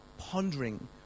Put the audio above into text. pondering